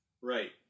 Right